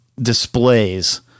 displays